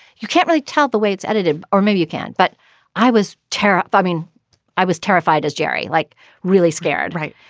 you can't really tell the way it's additive or maybe you can't. but i was tear up. i mean i was terrified as jerry. like really scared. right.